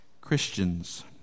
Christians